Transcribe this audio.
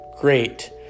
great